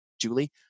Julie